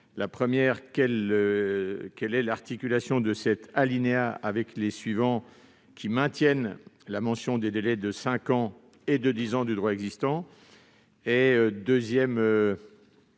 La première, quelle est l'articulation de cet alinéa avec les suivants qui maintiennent la mention des délais de cinq ans et de dix ans en vigueur ?